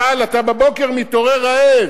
אבל בבוקר אתה מתעורר רעב,